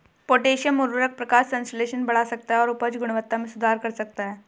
potassium उवर्रक प्रकाश संश्लेषण बढ़ा सकता है और उपज गुणवत्ता में सुधार कर सकता है